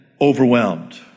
overwhelmed